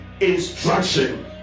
instruction